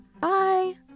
Bye